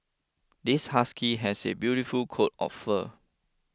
this husky has a beautiful coat of fur